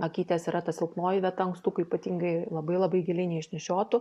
akytės yra ta silpnoji vieta ankstukų ypatingai labai labai giliai neišnešiotų